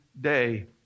day